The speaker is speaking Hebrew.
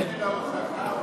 זה נטל ההוכחה.